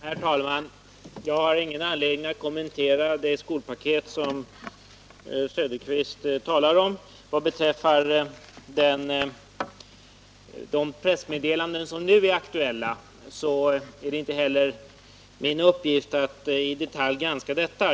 Herr talman! Jag har ingen anledning att kommentera det skolpaket som Oswald Söderqvist talar om. Vad beträffar det pressmeddelande som är aktuellt är min uppgift inte att i detalj granska detta.